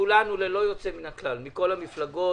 כולנו ללא יוצא מין הכלל מכל המפלגות,